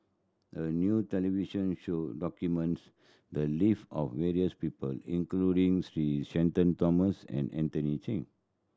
a new television show documents the live of various people including Sir Shenton Thomas and Anthony Chen